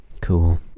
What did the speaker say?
Cool